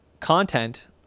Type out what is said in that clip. content